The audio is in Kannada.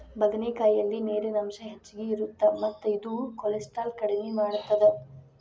ಬದನೆಕಾಯಲ್ಲಿ ನೇರಿನ ಅಂಶ ಹೆಚ್ಚಗಿ ಇರುತ್ತ ಮತ್ತ ಇದು ಕೋಲೆಸ್ಟ್ರಾಲ್ ಕಡಿಮಿ ಮಾಡತ್ತದ